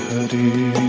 Hari